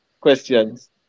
questions